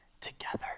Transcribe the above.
together